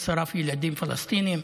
ששרף ילדים פלסטינים,